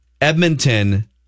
Edmonton